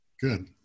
good